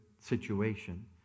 situation